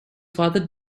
father